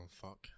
fuck